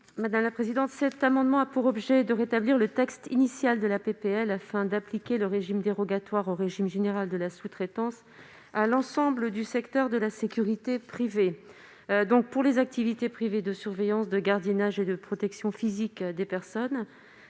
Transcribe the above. Sabine Van Heghe. Cet amendement a pour objet de rétablir le texte initial de la proposition de loi, afin d'appliquer le régime dérogatoire au régime général de la sous-traitance à l'ensemble du secteur de la sécurité privée, c'est-à-dire aux activités privées de surveillance, de gardiennage et de protection physique des personnes,